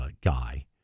guy